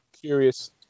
curious